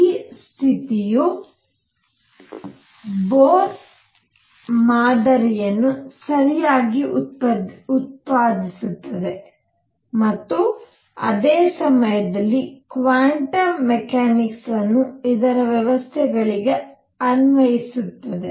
ಈ ಸ್ಥಿತಿಯು ಬೋರ್ ಮಾದರಿಯನ್ನು ಸರಿಯಾಗಿ ಉತ್ಪಾದಿಸುತ್ತದೆ ಮತ್ತು ಅದೇ ಸಮಯದಲ್ಲಿ ಕ್ವಾಂಟಮ್ ಮೆಕ್ಯಾನಿಕ್ಸ್ ಅನ್ನು ಇತರ ವ್ಯವಸ್ಥೆಗಳಿಗೆ ಅನ್ವಯಿಸುತ್ತದೆ